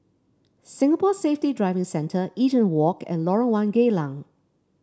Singapore Safety Driving Centre Eaton Walk and Lorong One Geylang